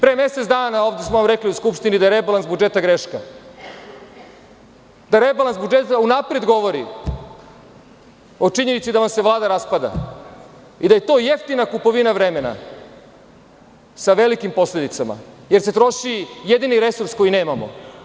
Pre mesec dana ovde smo vam rekli u Skupštini da je rebalans budžeta greška, da rebalans budžeta unapred govori o činjenici da vam se Vlada raspada i da je to jeftina kupovina vremena sa velikim posledicama jer se troši jedini resurs koji nemamo.